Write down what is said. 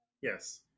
Yes